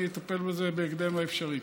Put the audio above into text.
ואני אטפל בזה בהקדם האפשרי.